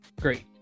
great